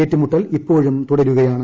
ഏറ്റുമുട്ടൽ ഇപ്പോഴും തുടരുകയാണ്